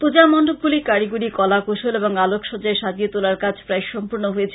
পূজা মন্ডপগুলি কারিগরী কলা কৌশল ও আলোকসজ্জায় সাজিয়ে তোলার কাজ প্রায় সম্পূর্ন হয়েছে